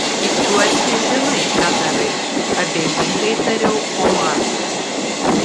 tikiuosi žinai ką darai abejingai tariau omarui